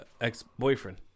ex-boyfriend